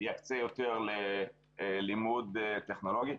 יקצה יותר ללימוד טכנולוגי.